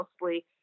mostly